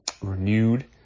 renewed